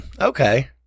Okay